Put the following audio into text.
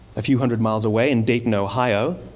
a few hundred miles away in dayton, ohio,